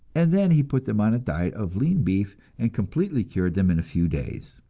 and then he put them on a diet of lean beef and completely cured them in a few days.